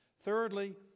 Thirdly